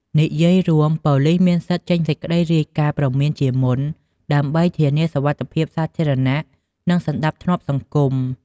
និយាយរួម ប៉ូលីសមានសិទ្ធិចេញសេចក្តីរាយការណ៍ព្រមានជាមុន ដើម្បីធានាសុវត្ថិភាពសាធារណៈ និងសណ្ដាប់ធ្នាប់សង្គម។